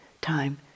time